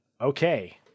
okay